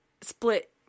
split